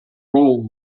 role